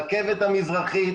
רכבת המזרחית,